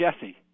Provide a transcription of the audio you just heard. Jesse